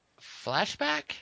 flashback